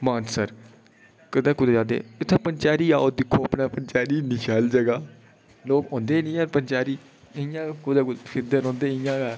मानसर कदे कुदै आखदे इत्थैं पंचैरी आओ दिक्खो पंचैरी इन्नी शैल जगह् लोक औंदे गै नीं ऐ पंचैरी इयैं गै कुदै फिरदे रौंह्दे न